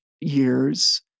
years